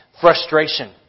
frustration